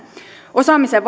osaamisen